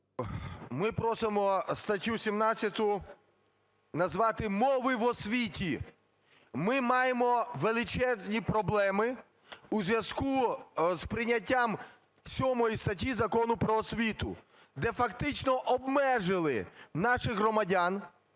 Ми просимо статтю 17 назвати "Мови в освіті". Ми маємо величезні проблеми у зв'язку з прийняттям 7 статті Закону "Про освіту", де фактично обмежили наших громадян